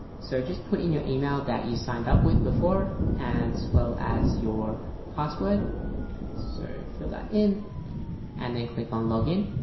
so just put in your email that you signed up with before as well as your password so fill that in and then click on login,